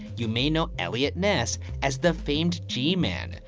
you may know eliot ness as the famed g man,